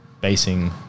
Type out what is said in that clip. basing